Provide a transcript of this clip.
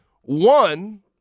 One